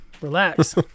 Relax